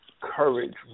courage